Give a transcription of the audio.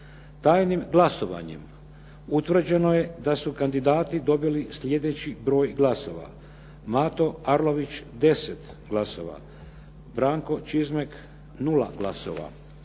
Tajnim glasovanjem utvrđeno je da su kandidati dobili sljedeći broj glasova. Mato Arlović 10 glasova, Branko Čizmek 0 glasova,